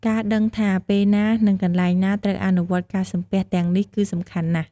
ការដឹងថាពេលណា និងកន្លែងណាត្រូវអនុវត្តការសំពះទាំងនេះគឺសំខាន់ណាស់។